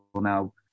now